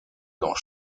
dans